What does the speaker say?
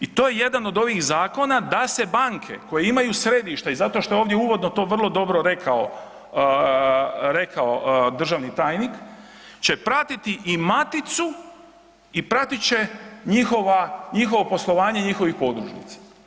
I to je jedan od ovih zakona da se banke koja imaju središta i zato što je uvodno to vrlo dobro rekao državni tajnik će pratiti i maticu i pratit će njihovo poslovanje njihovih podružnica.